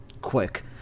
quick